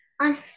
on